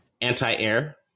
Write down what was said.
anti-air